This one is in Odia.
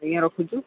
ଆଜ୍ଞା ରଖୁଛୁ